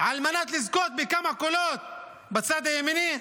בכמה קולות בצד הימני.